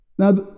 Now